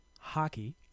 hockey